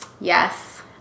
Yes